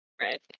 Right